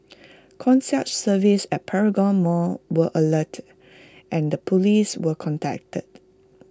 concierge services at Paragon Mall were alerted and the Police were contacted